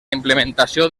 implementació